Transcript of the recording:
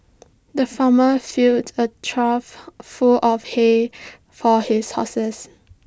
the farmer filled A trough full of hay for his horses